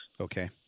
Okay